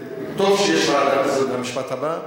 טוב שיש ועדה, וזה המשפט הבא,